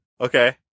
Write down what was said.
Okay